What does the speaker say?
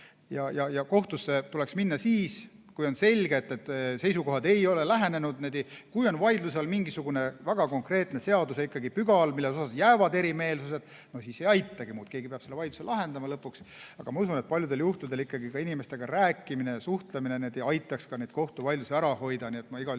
Kohtusse tuleks minna siis, kui on selge, et seisukohad ei ole lähenenud. Kui on vaidluse all mingisugune väga konkreetne seadusepügal, mille osas jäävad eriarvamused, siis ei aitagi muud. Keegi peab selle vaidluse lahendama lõpuks, aga ma usun, et paljudel juhtudel inimestega rääkimine, suhtlemine aitaks kohtuvaidlusi ära hoida. Nii et ma igal juhul